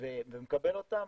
ומקבל אותם,